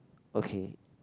okay